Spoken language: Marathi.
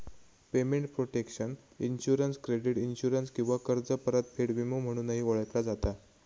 payment protection insurance credit insurance किंवा कर्ज परतफेड विमो म्हणूनही ओळखला जाता